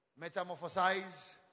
metamorphosize